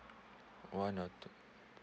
one or two